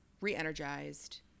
re-energized